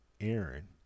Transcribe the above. Aaron